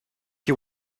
you